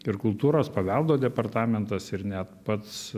ir kultūros paveldo departamentas ir net pats